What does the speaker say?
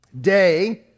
day